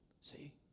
See